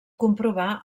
comprovar